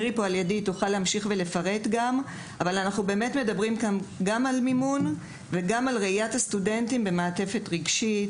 אנחנו מדברים גם על מימון וגם על ראיית הסטודנטים במעטפת רגשית.